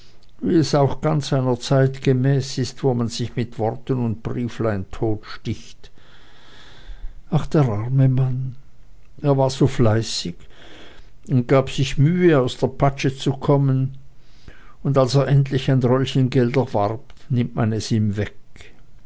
wie es auch ganz einer zeit gemäß ist wo man sich mit worten und brieflein totsticht ach der arme mann er war so fleißig und gab sich mühe aus der patsche zu kommen und als er endlich ein röllchen geld erwarb nimmt man es ihm weg